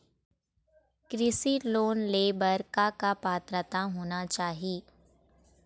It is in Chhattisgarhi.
कृषि लोन ले बर बर का का पात्रता होना चाही?